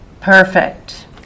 Perfect